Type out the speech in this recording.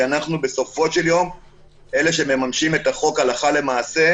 כי בסופו של דבר אנחנו אלה שמממשים את החוק הלכה למעשה.